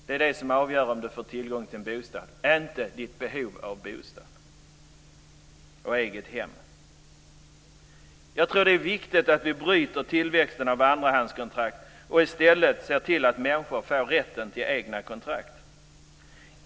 Det är det som avgör om du får tillgång till en bostad, inte ditt behov av bostad och eget hem. Jag tror att det är viktigt att vi bryter tillväxten av andrahandskontrakt och i stället ser till att människor får rätt till egna kontrakt.